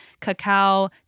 cacao